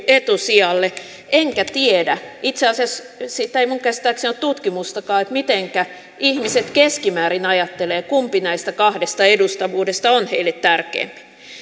etusijalle enkä tiedä itse asiassa siitä ei minun käsittääkseni ole tutkimustakaan mitenkä ihmiset keskimäärin ajattelevat kumpi näistä kahdesta edustavuudesta on heille tärkein